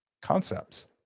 concepts